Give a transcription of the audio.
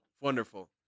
Wonderful